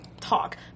talk